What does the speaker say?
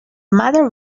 matter